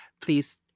please